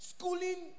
Schooling